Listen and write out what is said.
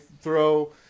throw